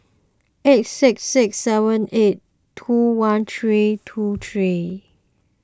eight six six seven eight two one three two three